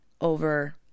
over